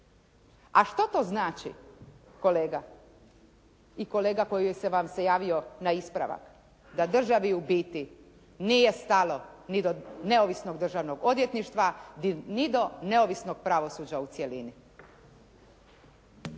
A što to znači kolega, i kolega koji vam se javio na ispravak? Da državi u biti nije stalo ni do neovisnog državnog odvjetništva ni do neovisnog pravosuđa u cjelini.